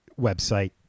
website